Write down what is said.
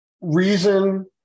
reason